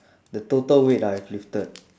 the total weight I have lifted